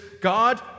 God